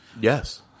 Yes